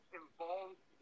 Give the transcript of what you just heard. involved